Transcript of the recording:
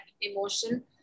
emotion